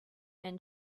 and